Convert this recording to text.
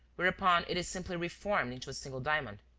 whereupon it is simply reformed into a single diamond.